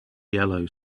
yellow